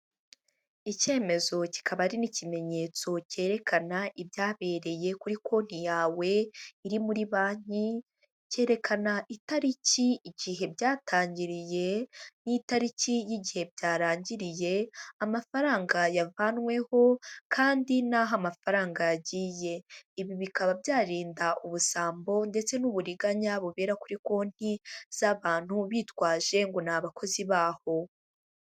Icyemezo kikaba ari n'ikimenyetso cyerekana ibyabereye kuri konti yawe iri muri banki cyerekana itariki igihe byatangiriye n'itariki y'igihe byarangiriye, amafaranga yavanweho kandi n'aho amafaranga yagiye, ibi bikaba byarinda ubusambo ndetse n'uburiganya bubera kuri konti z'abantu bitwaje ngo ni abakozi baho.